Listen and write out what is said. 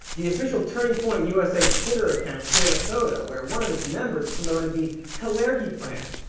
the official turning point usa twitter account shared a photo where one of its members promoted the kalergi plan,